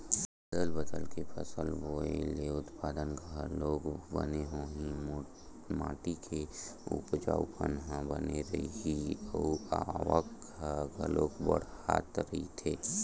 बदल बदल के फसल बोए ले उत्पादन घलोक बने होही, माटी के उपजऊपन ह बने रइही अउ आवक ह घलोक बड़ाथ रहीथे